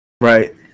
Right